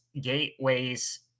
gateways